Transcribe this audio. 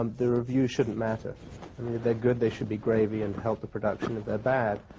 um the reviews shouldn't matter. i mean, if they're good, they should be gravy and help the production. if they're bad,